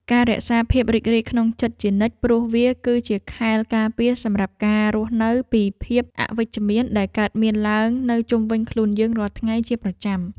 ការរក្សាភាពរីករាយក្នុងចិត្តជានិច្ចព្រោះវាគឺជាខែលការពារសម្រាប់ការរស់នៅពីភាពអវិជ្ជមានដែលកើតមានឡើងនៅជុំវិញខ្លួនយើងរាល់ថ្ងៃជាប្រចាំ។